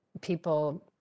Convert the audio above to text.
People